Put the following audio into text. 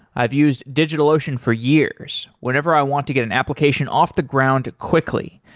i've used digitalocean for years whenever i want to get an application off the ground quickly,